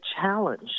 challenge